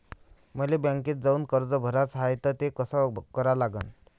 मले बँकेत जाऊन कर्ज भराच हाय त ते कस करा लागन?